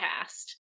cast